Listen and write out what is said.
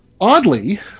oddly